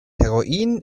heroin